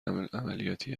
عملیاتی